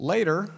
Later